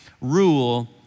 rule